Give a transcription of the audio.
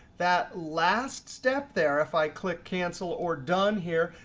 that last step there, if i click cancel or done here,